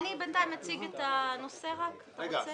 עשית משהו טוב, אבל אי אפשר --- אין זמן.